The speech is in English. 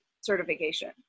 certification